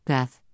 Beth